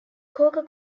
coca